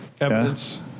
Evidence